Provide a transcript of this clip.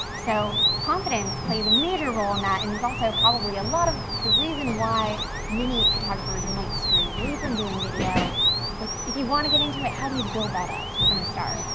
so, confidence plays a major role in that and is also probably a lot of the reason why many photographers might stray away from doing video. it's like, if you wanna get into it, how do you build that up from the start?